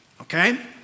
Okay